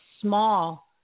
small